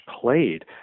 played